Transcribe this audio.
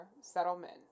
settlement